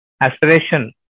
aspiration